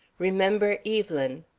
remember evelyn!